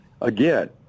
again